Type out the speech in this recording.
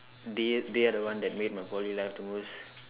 they are they are the one that made my Poly life the most